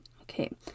Okay